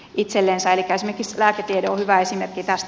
elikkä esimerkiksi lääketiede on hyvä esimerkki tästä